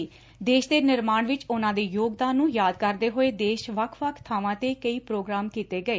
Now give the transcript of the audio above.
ਬਾਬਾ ਸਾਹਿਬ ਦੇਸ਼ ਦੇ ਨਿਰਮਾਣ ਵਿਚ ਉਨਾਂ ਦੇ ਯੋਗਦਾਨ ਨੰ ਯਾਦ ਕਰਦੇ ਹੋਏ ਦੇਸ਼ 'ਚ ਵੱਖ ਵੱਖ ਬਾਵਾਂ ਤੇ ਕਈ ਪ੍ਰੋਗਰਾਮ ਕੀਤੇ ਗਏ